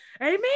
Amen